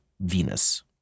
Venus